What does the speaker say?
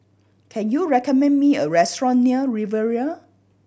can you recommend me a restaurant near Riviera